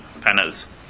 panels